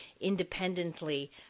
independently